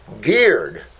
geared